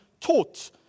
taught